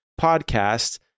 podcast